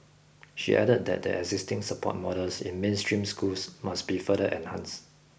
she added that the existing support models in mainstream schools must be further enhance